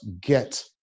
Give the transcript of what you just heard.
get